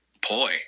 Poi